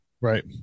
Right